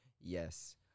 Yes